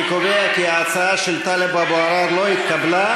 אני קובע שההצעה של טלב אבו עראר לא התקבלה.